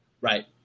Right